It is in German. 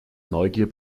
neugier